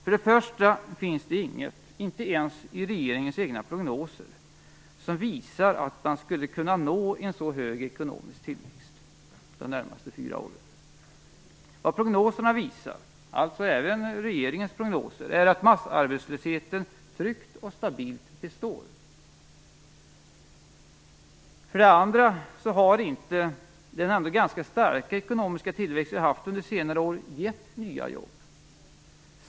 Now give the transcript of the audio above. För det första finns det inget, inte ens i regeringens egna prognoser, som visar att man skulle kunna nå en så hög ekonomisk tillväxt de närmaste fyra åren. Vad prognoserna visar, alltså även regeringens prognoser, är att massarbetslösheten tryggt och stabilt består. För det andra har inte den ändå ganska starka ekonomiska tillväxt vi haft under senare år gett nya jobb.